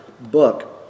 book